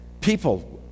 people